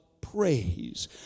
praise